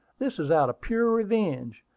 this is out of pure revenge.